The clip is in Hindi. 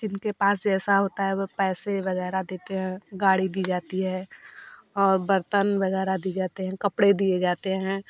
जिनके पास जैसा होता है वह पैसे वगैरह देते हैं गाड़ी दी जाती है और बर्तन वगैरह दी जाते हैं कपड़े दिए जाते हैं